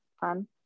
fun